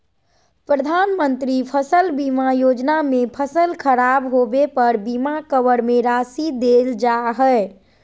प्रधानमंत्री फसल बीमा योजना में फसल खराब होबे पर बीमा कवर में राशि देल जा हइ